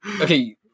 okay